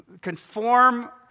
conform